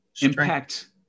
impact